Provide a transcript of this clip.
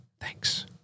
Thanks